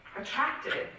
attractive